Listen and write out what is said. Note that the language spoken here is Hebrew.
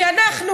כי אנחנו,